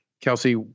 Kelsey